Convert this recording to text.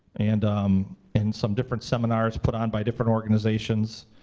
and um and some different seminars put on by different organizations.